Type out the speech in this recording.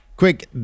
Quick